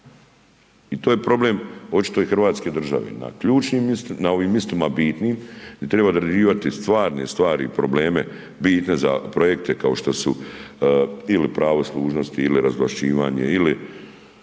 I to je problem očito i Hrvatske države. Na ključnim, na ovim mistima bitnim gdi triba određivati stvarne stvari i probleme bitne za projekte kao što su ili pravo služnosti ili razvlaščivanje ili